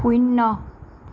শূন্য